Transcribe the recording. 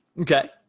okay